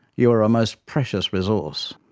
you are a most precious resource.